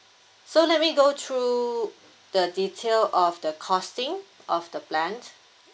so let me go through the detail of the costing of the plan